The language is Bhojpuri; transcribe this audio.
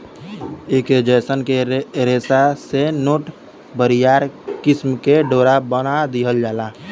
ऐके जयसन के रेशा से नेट, बरियार किसिम के डोरा बना दिहल जाला